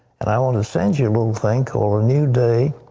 and i want to send you a little thing called a new day,